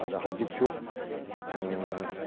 ꯑꯗꯨꯅ ꯍꯧꯖꯤꯛꯁꯨ